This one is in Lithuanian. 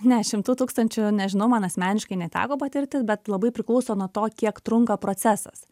ne šimtų tūkstančių nežinau man asmeniškai neteko patirti bet labai priklauso nuo to kiek trunka procesas